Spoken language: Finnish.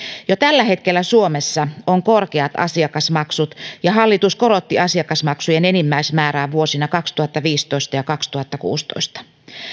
jo tällä hetkellä suomessa on korkeat asiakasmaksut ja hallitus korotti asiakasmaksujen enimmäismäärää vuosina kaksituhattaviisitoista ja kaksituhattakuusitoista